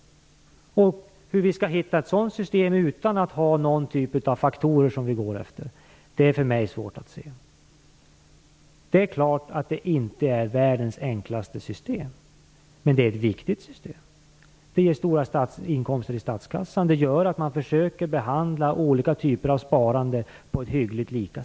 Hur vi skall hitta ett sådant system utan att ha någon typ av faktorer att gå efter är för mig svårt att se. Självfallet är det inte världens enklaste system, men det är ett viktigt system som ger stora inkomster till statskassan. Det gör att man försöker behandla olika typer av sparande hyggligt lika.